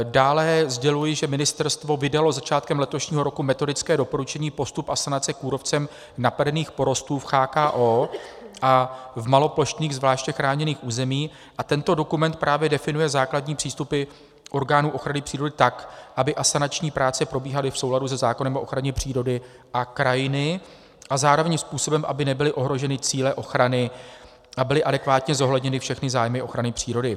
Dále sděluji, že ministerstvo vydalo začátkem letošního roku metodické doporučení Postup asanace kůrovcem napadených porostů v CHKO a v maloplošných zvláště chráněných územích a tento dokument právě definuje základní přístupy orgánů ochrany přírody tak, aby asanační práce probíhaly v souladu se zákonem o ochraně přírody a krajiny a zároveň způsobem, aby nebyly ohroženy cíle ochrany a byly adekvátně zohledněny všechny zájmy ochrany přírody.